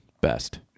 Best